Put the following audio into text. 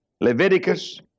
Leviticus